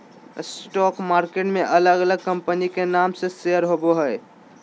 stock market में अलग अलग कंपनी के नाम से शेयर होबो हइ